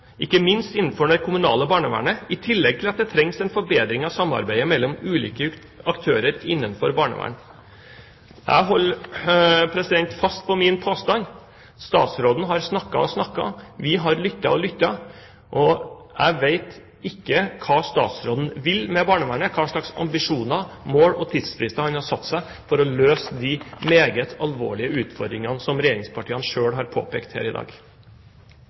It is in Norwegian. ikke minst innenfor det kommunale barnevernet, i tillegg til at det trengs en forbedring av samarbeidet mellom ulike aktører innenfor barnevern.» Jeg holder fast på min påstand. Statsråden har snakket og snakket. Vi har lyttet og lyttet. Og jeg vet ikke hva statsråden vil med barnevernet, hva slags ambisjoner, mål og tidsfrister han har satt seg for å løse de meget alvorlige utfordringene som regjeringspartiene selv har påpekt her i dag.